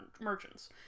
merchants